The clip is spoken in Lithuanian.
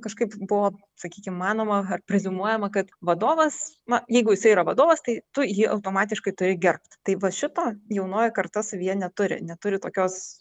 kažkaip buvo sakykim manoma ar preziumuojama kad vadovas na jeigu jisai yra vadovas tai tu jį automatiškai turi gerbt tai va šito jaunoji karta savyje neturi neturi tokios